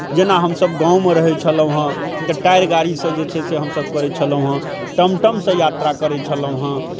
जेना हमसभ गाँवमे रहै छेलौँ हँ तऽ टायर गाड़ीसँ जे छै से हमसभ करै छलहुँ हँ टमटमसँ यात्रा करै छलहुँ हँ